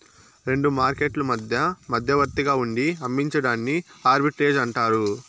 రెండు మార్కెట్లు మధ్య మధ్యవర్తిగా ఉండి అమ్మించడాన్ని ఆర్బిట్రేజ్ అంటారు